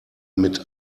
mit